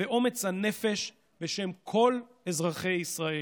ואומץ הנפש, בשם כל אזרחי ישראל.